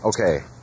okay